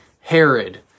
Herod